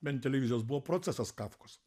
ben televizijos buvo procesas kafkos